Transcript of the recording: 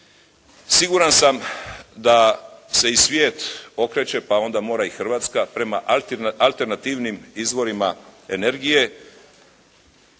Siguran sam da se i svijet okreće, pa onda mora i Hrvatska prema alternativnim izvorima energije.